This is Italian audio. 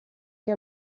che